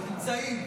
נמצאים.